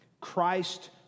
Christ